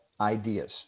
ideas